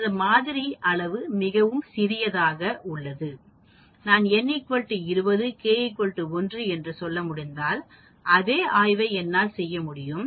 எனது மாதிரி அளவு மிகவும் சிறியது அல்லது நான் n 20 k 1 என்று சொல்ல முடிந்தால் அதே ஆய்வை என்னால் செய்ய முடியும்